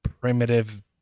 primitive